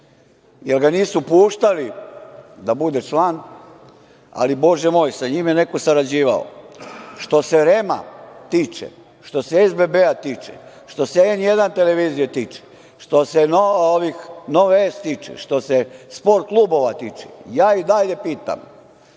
jer ga nisu puštali da bude član, ali, Bože moj, sa njima je neko sarađivao. Što se REM-a tiče, što se SBB tiče, što se „N1“ televizije tiče, što se „Nove S“ tiče, što se „Sport klubova“ tiče, ja i dalje pitam